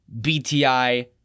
BTI